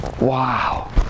Wow